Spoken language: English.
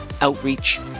outreach